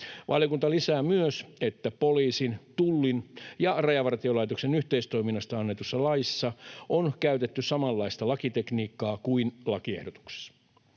Valiokunta lisää myös, että poliisin, Tullin ja Rajavartiolaitoksen yhteistoiminnasta annetussa laissa on käytetty samanlaista lakitekniikkaa kuin lakiehdotuksessa.